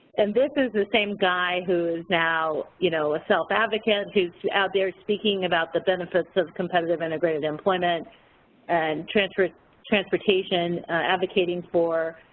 and this is the same guy who is now, you know, a self-advocate, who is out there speaking about the benefits of competitive integrated employment and transportation transportation advocating for